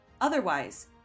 Otherwise